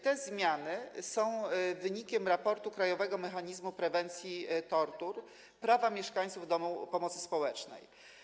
Te zmiany są wynikiem raportu Krajowego Mechanizmu Prewencji Tortur „Prawa mieszkańców domów pomocy społecznej”